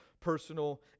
personal